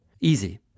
easy